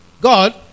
God